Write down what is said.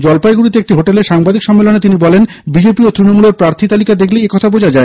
জলপাইগুড়িতে একটি হোটেল সাংবাদিক সম্মেলনে তিনি বলেন বিজেপি ও তৃণমূলের প্রার্থী তালিকা দেখলেই একথা বোঝা যায়